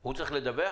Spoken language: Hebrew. הוא צריך לדווח?